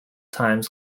times